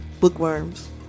Bookworms